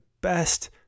best